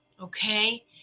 Okay